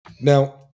Now